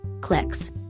clicks